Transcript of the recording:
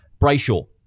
Brayshaw